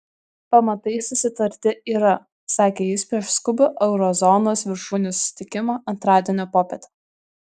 pamatai susitarti yra sakė jis prieš skubų euro zonos viršūnių susitikimą antradienio popietę